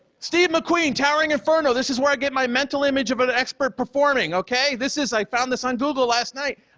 steve mcqueen, towering inferno, this is where i get my mental image of an expert performing, okay? this is i found this on google last night.